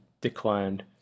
declined